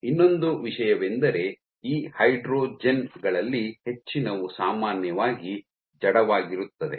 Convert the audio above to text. ಇನ್ನೊಂದು ವಿಷಯವೆಂದರೆ ಈ ಹೈಡ್ರೋಜೆನ್ ಗಳಲ್ಲಿ ಹೆಚ್ಚಿನವು ಸಾಮಾನ್ಯವಾಗಿ ಜಡವಾಗಿರುತ್ತದೆ